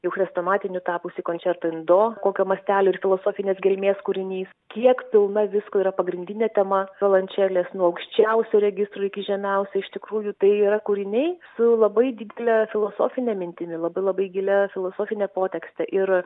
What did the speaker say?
jau chrestomatiniu tapusį končerto in do kokio mastelio ir filosofinės gelmės kūrinys kiek pilna visko yra pagrindinė tema violončelės nuo aukščiausio registro iki žemiausio iš tikrųjų tai yra kūriniai su labai didele filosofine mintimi labai labai gilia filosofine potekste ir